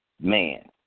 Man